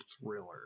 thriller